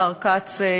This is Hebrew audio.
השר כץ,